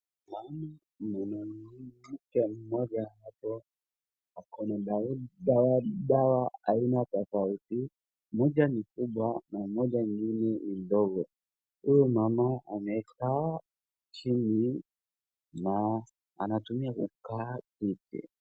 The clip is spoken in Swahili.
Naona mwanamke mmoja hapo ako na dawa aina tofauti, moja ni kubwa na moja ngine ni ndogo. Huyu mama amekaa chini na anatumia kukaa kiti.